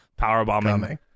powerbombing